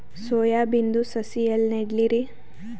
Soya ಬಿನದು ಸಸಿ ಎಲ್ಲಿ ನೆಡಲಿರಿ?